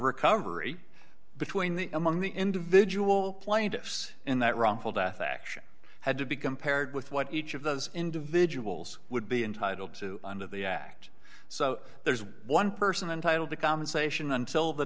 recovery between the among the individual plaintiffs in that wrongful death action had to be compared with what each of those individuals would be entitled to under the act so there's one person entitled to compensation until the